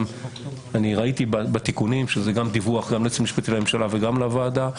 אני ראיתי בתיקונים שזה גם דיווח ליועץ המשפטי לממשלה וגם לוועדה,